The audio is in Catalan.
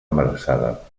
embarassada